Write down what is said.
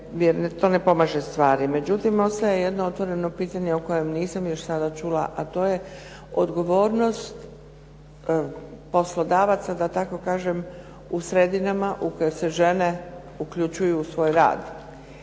to ne pomaže stvari. Međutim, ostaje jedno otvoreno pitanje o kojem nisam još sada čula, a to je odgovornost poslodavaca, da tako kažem, u sredinama u kojoj se žene uključuju u svoj rad.